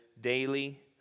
daily